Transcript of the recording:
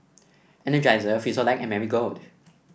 Energizer Frisolac and Marigold